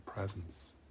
Presence